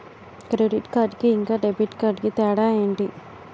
Credit card కి ఇంకా debit card కి తేడా ఏంటి?